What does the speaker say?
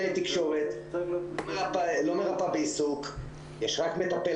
הרחבת מענים נוספים ככל שיינתן באישורים הנוספים של משרד הבריאות.